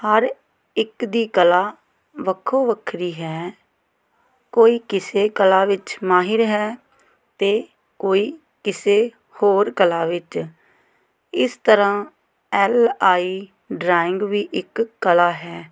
ਹਰ ਇੱਕ ਦੀ ਕਲਾ ਵੱਖੋ ਵੱਖਰੀ ਹੈ ਕੋਈ ਕਿਸੇ ਕਲਾ ਵਿੱਚ ਮਾਹਿਰ ਹੈ ਅਤੇ ਕੋਈ ਕਿਸੇ ਹੋਰ ਕਲਾ ਵਿੱਚ ਇਸ ਤਰ੍ਹਾ ਐੱਲ ਆਈ ਡਰਾਇੰਗ ਵੀ ਇੱਕ ਕਲਾ ਹੈ